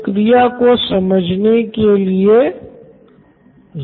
चूंकि स्कूल छात्र के संपूर्ण विकास के लिए है यह छात्र के लिए एक प्राकृतिक क्रिया ही है